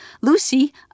Lucy